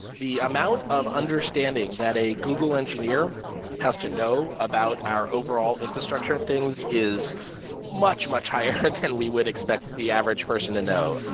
the amount of understanding that a google engineer has to know about our overall infrastructure of and things is much much higher than we would expect the average person to know.